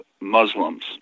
Muslims